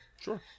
Sure